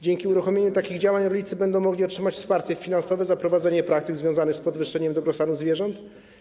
Dzięki uruchomieniu takich działań rolnicy będą mogli otrzymać wsparcie finansowe na prowadzenie praktyk związanych z podwyższeniem dobrostanu zwierząt.